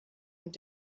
und